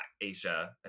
asia